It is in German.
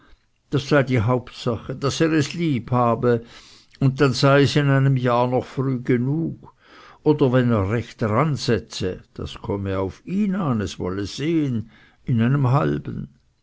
das sei die hauptsache daß er es lieb habe und dann sei es in einem jahr noch frühe genug oder wenn er recht dransetze das komme auf ihn an es wolle sehen in einem halben